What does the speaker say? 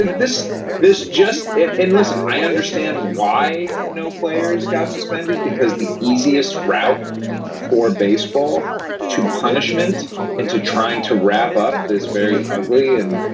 ah this this just in. listen, i understand why no players got suspended, because the easiest route for baseball to punishment and to trying to wrap up this very ugly and